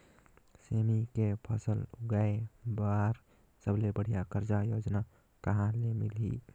सेमी के फसल उगाई बार सबले बढ़िया कर्जा योजना कहा ले मिलही?